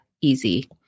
easy